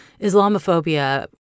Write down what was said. Islamophobia